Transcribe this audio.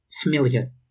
familiar